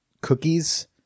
cookies